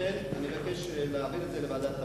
לכן אני מבקש להעביר את זה לוועדת הפנים.